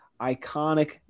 iconic